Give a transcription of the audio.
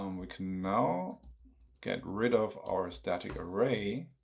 um we can now get rid of our static array.